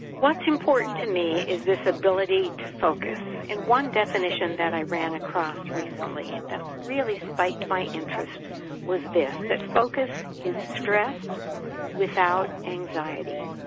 what's important to me is this ability to focus. and one definition that i ran across recently and that really spiked my interest was this, that focus is stress without anxiety,